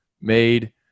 made